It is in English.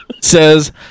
says